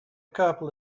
couple